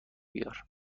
بیار